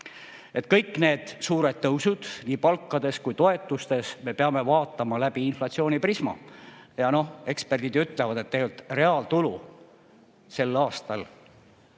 Kõiki neid suuri tõuse nii palkades kui ka toetustes me peame vaatama läbi inflatsiooniprisma. Eksperdid ütlevad, et tegelikult reaaltulu sel aastal